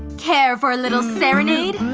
care for a little serenade?